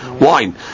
wine